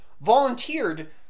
volunteered